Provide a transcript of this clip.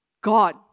God